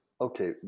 okay